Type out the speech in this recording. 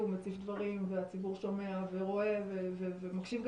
הוא מציף דברים והציבור שומע ורואה ומקשיב גם